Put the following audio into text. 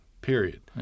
period